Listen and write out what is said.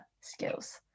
skills